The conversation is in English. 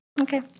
Okay